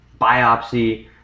biopsy